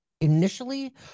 initially